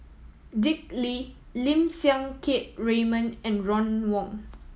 Dick Lee Lim Siang Keat Raymond and Ron Wong